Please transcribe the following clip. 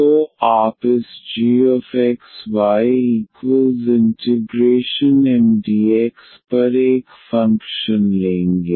तो आप इस gxy∫Mdx पर एक फंक्शन लेंगे